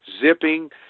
zipping